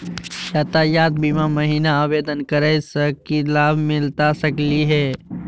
यातायात बीमा महिना आवेदन करै स की लाभ मिलता सकली हे?